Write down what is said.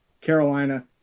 Carolina